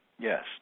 Yes